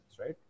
right